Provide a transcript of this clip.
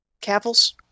Cavils